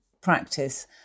practice